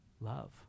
Love